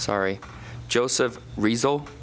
sorry joseph result